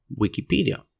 Wikipedia